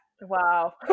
wow